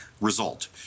result